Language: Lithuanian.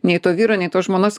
nei to vyro nei tos žmonos